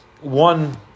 one